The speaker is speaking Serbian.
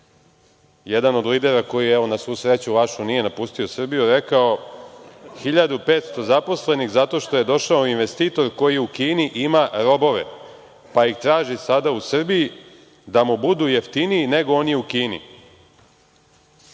jedan od lidera koji, evo, na svu sreću vašu nije napustio Srbiju, rekao – 1.500 zaposlenih zato što je došao investitor koji u Kini ima robove, pa ih traži sada u Srbiji da mu budu jeftiniji nego oni u Kini.